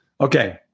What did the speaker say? Okay